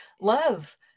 love